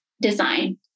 design